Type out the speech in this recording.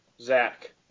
Zach